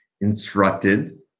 instructed